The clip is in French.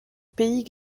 pays